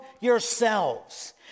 yourselves